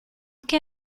che